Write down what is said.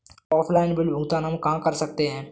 Offline bill भुगतान हम कहां कर सकते हैं?